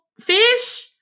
fish